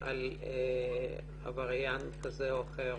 על עבריין כזה או אחר.